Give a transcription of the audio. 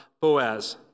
Boaz